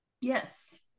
Yes